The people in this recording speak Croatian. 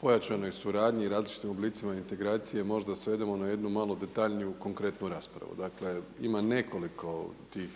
pojačanoj suradnji i različitim oblicima integracije možda svedemo na jednu malo detaljniju konkretnu raspravu. Dakle, ima nekoliko tih